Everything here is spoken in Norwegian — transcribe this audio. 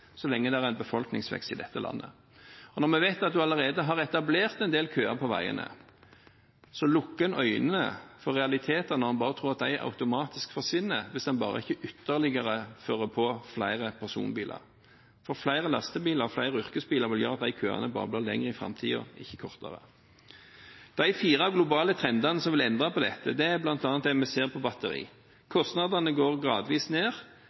så lenge det er befolkningsvekst i dette landet. Når vi vet at det allerede er etablert en del køer på veiene, lukker en øynene for realiteter når en tror at de automatisk forsvinner bare en ikke ytterligere fyller på med flere personbiler. Flere lastebiler og flere yrkesbiler vil gjøre at de køene bare blir lengre i framtiden, ikke kortere. De fire globale trendene som vil endre på dette, er bl.a. det vi ser når det gjelder batteri. Kostnadene går gradvis ned.